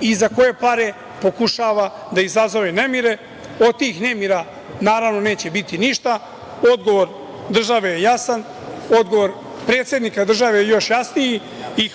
i za koje pare pokušava da izazove nemire? Od tih nemira, naravno, neće biti ništa. Odgovor države je jasan. Odgovor predsednika države je još jasniji.